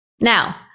Now